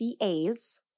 CAs